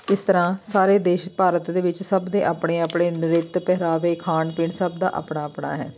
ਇਸ ਤਰ੍ਹਾਂ ਸਾਰੇ ਦੇਸ਼ ਭਾਰਤ ਦੇ ਵਿੱਚ ਸਭ ਦੇ ਆਪਣੇ ਆਪਣੇ ਨ੍ਰਿਤ ਪਹਿਰਾਵੇ ਖਾਣ ਪੀਣ ਸਭ ਦਾ ਆਪਣਾ ਆਪਣਾ ਹੈ